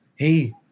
Hey